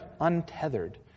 untethered